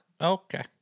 Okay